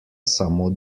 samo